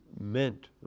meant